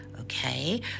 Okay